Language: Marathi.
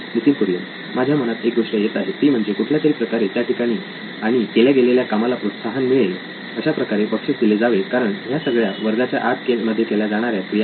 नितीन कुरियन माझ्या मनात एक गोष्ट येत आहे ती म्हणजे कुठल्यातरी प्रकारे त्याठिकाणी आणि केल्या गेलेल्या कामाला प्रोत्साहन मिळेल अशाप्रकारे बक्षीस दिले जावे कारण ह्या सगळ्या वर्गाच्या आत मध्ये केल्या जाणाऱ्या क्रिया आहेत